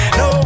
no